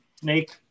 snake